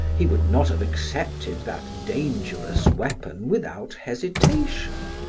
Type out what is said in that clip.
he would not have accepted that dangerous weapon without hesitation.